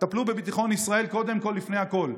טפלו בביטחון ישראל קודם כול, לפני הכול.